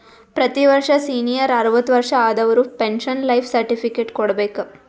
ಪ್ರತಿ ವರ್ಷ ಸೀನಿಯರ್ ಅರ್ವತ್ ವರ್ಷಾ ಆದವರು ಪೆನ್ಶನ್ ಲೈಫ್ ಸರ್ಟಿಫಿಕೇಟ್ ಕೊಡ್ಬೇಕ